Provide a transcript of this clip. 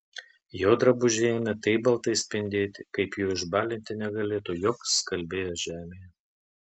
jo drabužiai ėmė taip baltai spindėti kaip jų išbalinti negalėtų joks skalbėjas žemėje